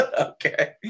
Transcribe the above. Okay